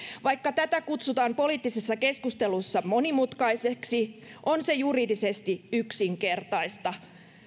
vaikka tätä kutsutaan poliittisessa keskustelussa monimutkaiseksi on se juridisesti yksinkertaista